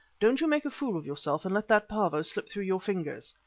don't you make a fool of yourself and let that pavo slip through your fingers.